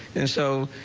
and so,